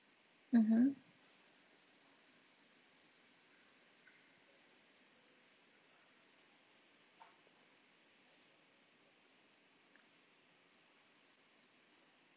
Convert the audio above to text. mmhmm